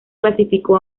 clasificó